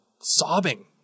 sobbing